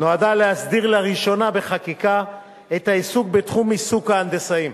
נועדה להסדיר לראשונה בחקיקה את העיסוק בתחום עיסוק ההנדסאים.